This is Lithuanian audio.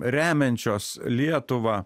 remiančios lietuvą